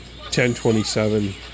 1027